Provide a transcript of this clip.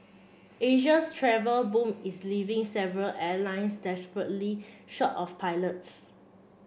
Asia's travel boom is leaving several airlines desperately short of pilots